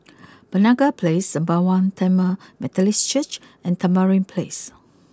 Penaga place Sembawang Tamil Methodist Church and Tamarind place